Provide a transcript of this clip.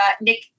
Nick